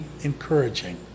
encouraging